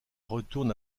retourne